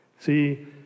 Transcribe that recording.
See